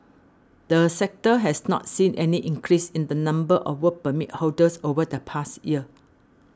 the sector has not seen any increase in the number of Work Permit holders over the past year